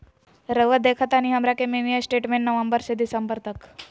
रहुआ देखतानी हमरा के मिनी स्टेटमेंट नवंबर से दिसंबर तक?